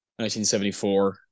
1974